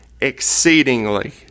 exceedingly